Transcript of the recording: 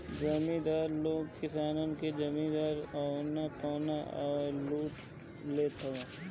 जमीदार लोग किसानन के जमीन औना पौना पअ लूट लेत हवन